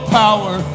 power